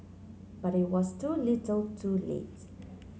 but it was too little too late